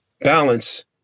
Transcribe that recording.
balance